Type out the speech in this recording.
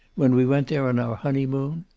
when we went there on our honeymoon